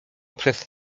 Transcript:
przez